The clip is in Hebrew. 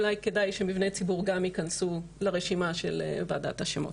אולי כדאי שמבני ציבור גם יכנסו לרשימה של ועדת השמות.